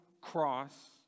cross